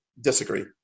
disagree